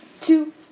two